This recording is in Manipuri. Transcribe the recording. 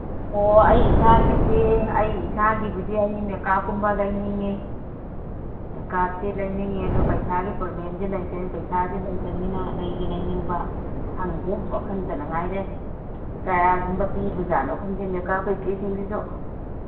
ꯑꯣ ꯑꯩ ꯏꯁꯥꯒꯤꯁꯦ ꯑꯩ ꯏꯁꯥꯒꯤꯕꯨꯗꯤ ꯑꯩꯅ ꯃꯦꯀꯞꯀꯨꯝꯕ ꯂꯩꯅꯤꯡꯉꯤ ꯃꯦꯀꯞꯁꯦ ꯂꯩꯅꯤꯡꯉꯤ ꯑꯗꯨ ꯄꯩꯁꯥꯒꯤ ꯄ꯭ꯔꯣꯕ꯭ꯂꯦꯝꯗꯤ ꯄꯩꯁꯥꯗꯤ ꯂꯩꯇꯝꯅꯤꯅ ꯂꯩꯗꯤ ꯂꯩꯅꯤꯡꯕ ꯈꯪꯗꯦ ꯋꯥꯈꯟꯇꯅ ꯉꯥꯏꯔꯦ ꯀꯌꯥꯒꯨꯝꯕ ꯄꯤꯕꯖꯥꯠꯅꯣ ꯈꯪꯗꯦ ꯃꯦꯀꯞ ꯀꯔꯤ ꯀꯔꯤꯁꯤꯡꯁꯤꯁꯨ